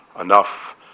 enough